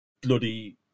bloody